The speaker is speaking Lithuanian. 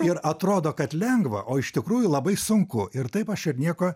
ir atrodo kad lengva o iš tikrųjų labai sunku ir taip aš ir nieko